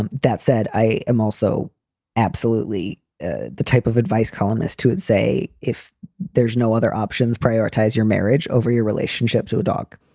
and that said, i am also absolutely the type of advice columnist who would say if there's no other options, prioritize your marriage over your relationship to a dog.